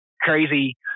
crazy